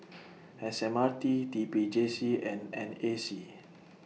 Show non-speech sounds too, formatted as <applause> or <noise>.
<noise> S M R T T P J C and N A C